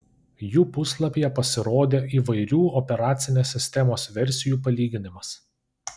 jų puslapyje pasirodė įvairių operacinės sistemos versijų palyginimas